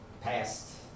past